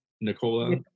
Nicola